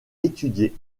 étudiée